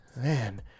man